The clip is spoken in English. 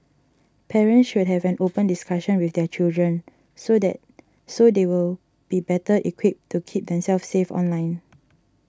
parents should have an open discussion with their children so then so they will be better equipped to keep themselves safe online